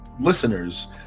listeners